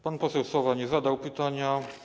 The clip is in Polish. Pan poseł Sowa nie zadał pytania.